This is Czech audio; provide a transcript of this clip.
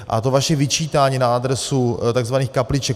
A to vaše vyčítání na adresu tzv. kapliček.